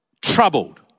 troubled